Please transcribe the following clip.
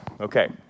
okay